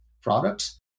products